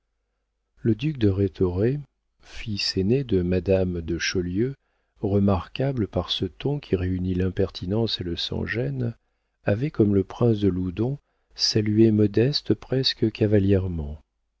le duc de rhétoré fils aîné de madame de chaulieu remarquable par ce ton qui réunit l'impertinence et le sans gêne avait comme le prince de loudon salué modeste presque cavalièrement